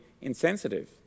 insensitive